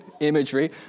imagery